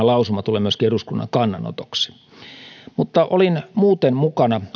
lausuma tulee myöskin eduskunnan kannanotoksi olin mukana